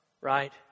right